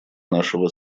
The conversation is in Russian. нашего